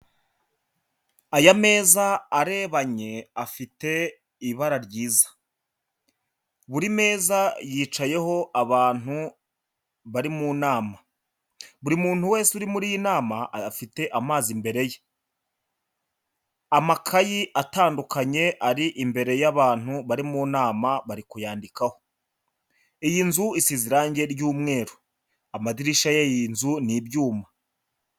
Aya meza arebanye, afite ibara ryiza. Buri meza yicayeho abantu bari mu nama. Buri wese uri muri iyi nama afite amazi imbere ye. Amakayi atandukanye ari imbere y'abantu bari mu nama bari kuyandikaho. Iyi nzu irangi ry'umweru. Amadirishya y'iyi nzu ni ibyuma.